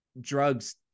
drugs